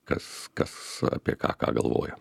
kas kas apie ką ką galvoja